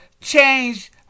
change